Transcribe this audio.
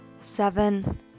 seven